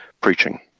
preaching